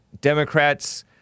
Democrats